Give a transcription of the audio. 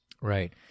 right